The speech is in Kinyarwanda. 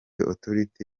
authority